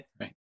right